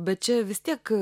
bet čia vis tiek